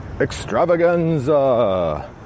Extravaganza